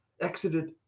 exited